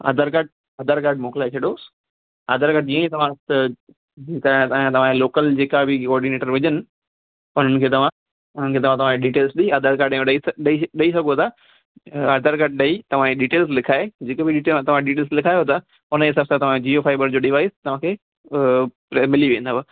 Aadhaar card Aadhaar card मोकिलाए छॾोसि Aadhaar card जीअं ई तव्हां त त तव्हांजा तव्हांजा लोकल जेका बि कोऑर्डनैटर हुजनि त उन्हनि खे तव्हां उन्हनि खे तव्हां तव्हांजा डिटेल्स बि आधार कार्ड ॾियो ॾई स ॾई सघो था आधार कार्ड ॾई तव्हांजी डिटेल लिखाए जेकी बि डिटेल तव्हां डिटेल लिखायो था उन हिसाब सां तव्हां जियो फ़ाइबर जो डिवाइस तव्हांखे मिली वेंदव